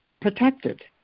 protected